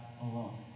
alone